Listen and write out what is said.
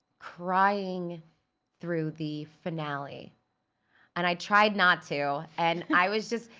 crying through the finale and i tried not to and i was just,